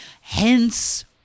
hence